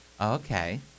Okay